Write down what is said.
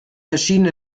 maschinen